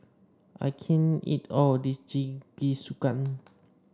I can't eat all of this Jingisukan